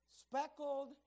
speckled